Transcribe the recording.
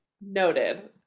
noted